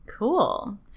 Cool